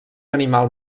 animal